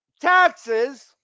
taxes